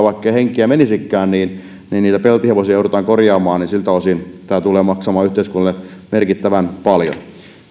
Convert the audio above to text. vaikkei henkeä menisikään niitä peltihevosia joudutaan korjaamaan siltä osin tämä tulee maksamaan yhteiskunnalle takaisin merkittävän paljon